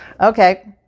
Okay